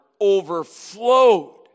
overflowed